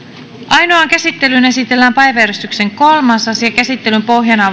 ainoaan käsittelyyn esitellään päiväjärjestyksen kolmas asia käsittelyn pohjana